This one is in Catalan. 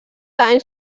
anys